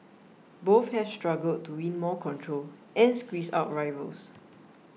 both have struggled to win more control and squeeze out rivals